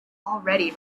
already